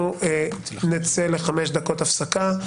אנחנו נצא לחמש דקות הפסקה.